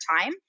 time